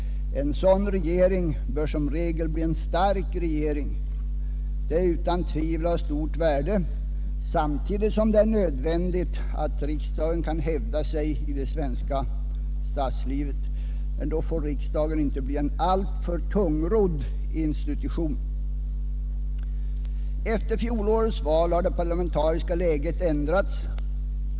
En sådan regering bör som regel bli en stark regering. Detta är utan tvivel av stort värde, samtidigt som det är nödvändigt att riksdagen kan hävda sig i det svenska statslivet — och då får riksdagen inte bli en alltför tungrodd institution. Efter fjolårets val har det parlamentariska läget ändrats.